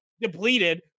depleted